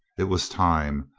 it was time.